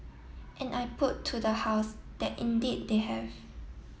and I put to the house that indeed they have